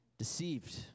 Deceived